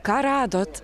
ką radot